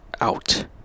out